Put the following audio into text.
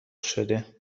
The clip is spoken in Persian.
شده